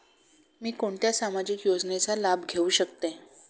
मी कोणत्या सामाजिक योजनेचा लाभ घेऊ शकते?